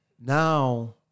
now